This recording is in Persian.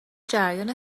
جریان